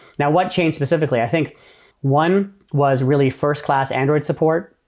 now, what changed specifically? i think one was really first-class android support.